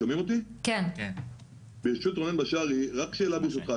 רק שאלה ברשותך,